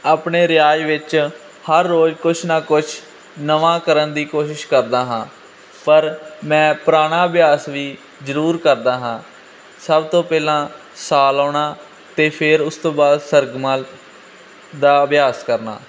ਆਪਣੇ ਰਿਆਜ਼ ਵਿੱਚ ਹਰ ਰੋਜ਼ ਕੁਛ ਨਾ ਕੁਛ ਨਵਾਂ ਕਰਨ ਦੀ ਕੋਸ਼ਿਸ਼ ਕਰਦਾ ਹਾਂ ਪਰ ਮੈਂ ਪੁਰਾਣਾ ਅਭਿਆਸ ਵੀ ਜ਼ਰੂਰ ਕਰਦਾ ਹਾਂ ਸਭ ਤੋਂ ਪਹਿਲਾਂ ਸਾਹ ਲਾਉਣਾ ਅਤੇ ਫਿਰ ਉਸ ਤੋਂ ਬਾਅਦ ਸਰਗਮਾਲ ਦਾ ਅਭਿਆਸ ਕਰਨਾ